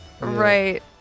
right